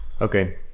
okay